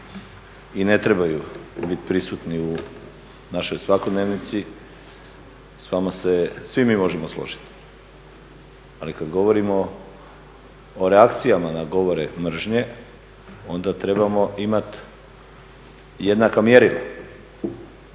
i ne trebaju biti prisutni u našoj svakodnevnici, s vama se svi mi možemo složiti, ali kada govorimo o reakcijama na govore mržnje, onda trebamo imati jednaka mjerila